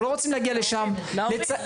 לילדים.